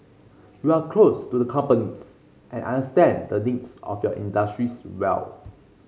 you are close to the companies and understand the things of your industries well